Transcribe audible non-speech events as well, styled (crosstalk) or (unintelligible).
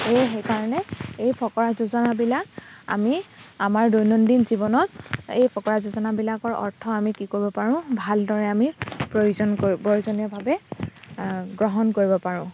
এই সেই কাৰণে এই ফকৰা যোজনাবিলাক আমি আমাৰ দৈনন্দিন জীৱনত এই ফকৰা যোজনাবিলাকৰ অৰ্থ আমি কি কৰিব পাৰোঁ ভালদৰে আমি প্ৰয়োজন (unintelligible) প্ৰয়োজনীয়ভাৱে গ্ৰহণ কৰিব পাৰোঁ